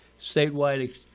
statewide